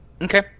Okay